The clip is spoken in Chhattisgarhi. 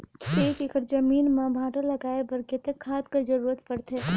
एक एकड़ जमीन म भांटा लगाय बर कतेक खाद कर जरूरत पड़थे?